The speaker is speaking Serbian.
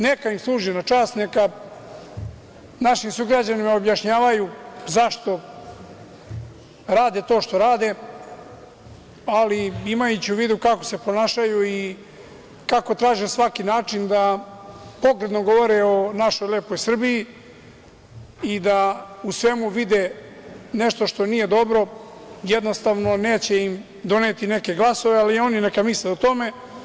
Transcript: Neka im služi na čast, neka naši sugrađanima objašnjavaju zašto rade to što rade, ali imajući u vidu kako se ponašaju i kako traže svaki način da pogrdno govore o našoj lepoj Srbiji i da u svemu vide nešto što nije dobro, jednostavno neće im doneti neke glasove, ali oni neka misle o tome.